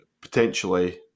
potentially